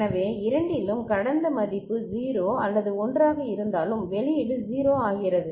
எனவே இரண்டிலும் கடந்த மதிப்பு 0 அல்லது 1 ஆக இருந்தாலும் வெளியீடு 0 ஆகிறது